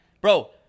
Bro